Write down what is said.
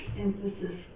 emphasis